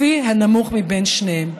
לפי הנמוך מבין שניהם.